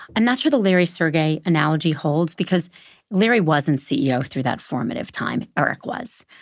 i'm not sure the larry sergey analogy holds, because larry wasn't ceo through that formative time. eric was.